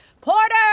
Porter